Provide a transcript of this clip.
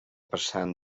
passant